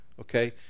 Okay